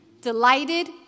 delighted